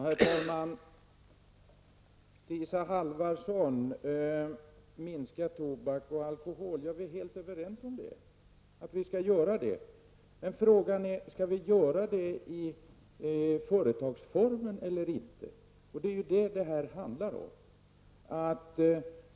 Herr talman! Isa Halvarsson talade om att man skall minska alkohol och tobakskonsumtionen. Vi är helt överens om att vi skall göra det. Men frågan är om vi skall göra det i företagsformen eller inte, det är vad det handlar om.